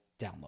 download